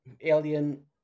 alien